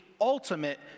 ultimate